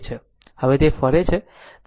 હવે તે ફરે છે